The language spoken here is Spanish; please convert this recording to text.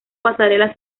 pasarelas